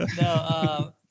No